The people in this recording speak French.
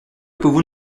pouvons